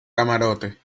camarote